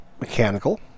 Mechanical